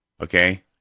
okay